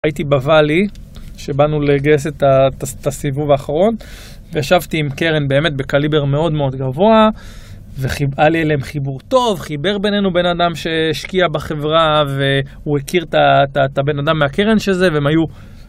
הייתי בוואלי, שבאנו לגייס את הסיבוב האחרון וישבתי עם קרן באמת בקליבר מאוד מאוד גבוה והיה לי אליהם חיבור טוב, חיבר בינינו בן אדם שהשקיע בחברה והוא הכיר את הבן אדם מהקרן שזה והם היו...